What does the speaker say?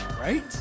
right